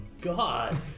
god